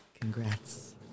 Congrats